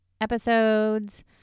episodes